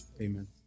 Amen